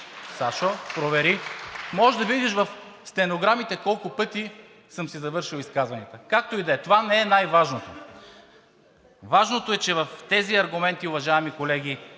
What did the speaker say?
Сашо, провери! Можеш да видиш в стенограмите колко пъти съм си завършил изказванията. Както и да е, това не е най-важното. Важното е, че в тези аргументи, уважаеми колеги,